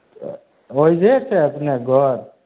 तऽ ओहिजे छै अपने घर